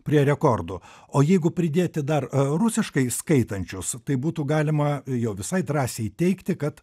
prie rekordų o jeigu pridėti dar rusiškai skaitančius tai būtų galima jau visai drąsiai teigti kad